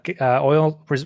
oil